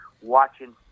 watching